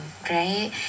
right